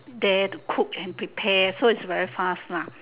that cook and prepare so it's very fast lah